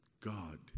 God